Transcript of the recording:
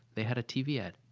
they had a tv ad!